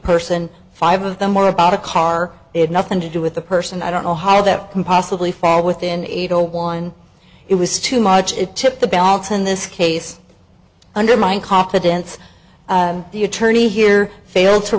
person five of them or about a car it nothing to do with the person i don't know how that can possibly fall within eight zero one it was too much it tipped the balance in this case undermined confidence the attorney here failed to